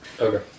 Okay